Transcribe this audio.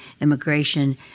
Immigration